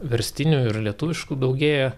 verstinių ir lietuviškų daugėja